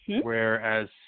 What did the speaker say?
whereas